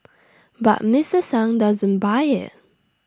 but Mister sung doesn't buy IT